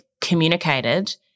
communicated